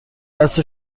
دست